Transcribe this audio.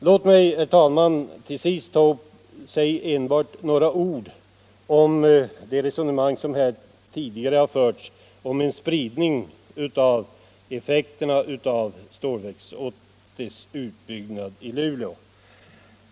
Låt mig, herr talman, till sist säga enbart några ord om det resonemang som förts här tidigare om en spridning av effekterna av Stålverk 80:s utbyggnad i Luleå.